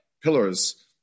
pillars